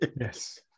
Yes